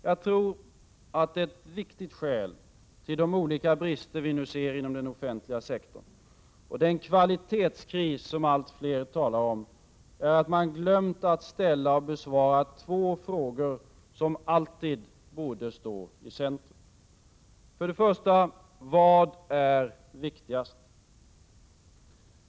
Jag tror att ett viktigt skäl till de olika brister vi nu ser inom den offentliga sektorn och den kvalitetskris som allt fler talar om är att man har glömt att ställa och besvara två frågor som alltid borde stå i centrum. För det första: Vad är viktigast?